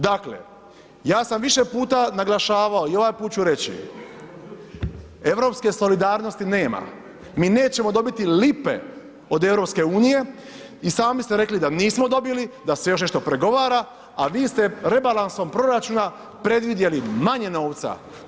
Dakle, ja sam više puta naglašavao i ovaj puta ću reći, europske solidarnosti nema, mi nećemo dobiti lipe od EU i sami ste rekli da nismo dobili, da se još nešto pregovara, a vi ste rebalansom proračuna predvidjeli manje novaca.